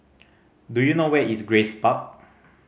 do you know where is Grace Park